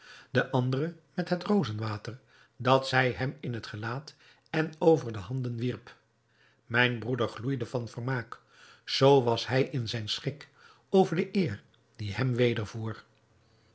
de andere met het rozenwater dat zij hem in het gelaat en over de handen wierp mijn broeder gloeide van vermaak zoo was hij in zijn schik over de eer die hem